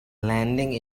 landing